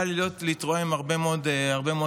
לי להתרועע עם הרבה מאוד חברים,